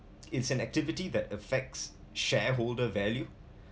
it's an activity that affects shareholder value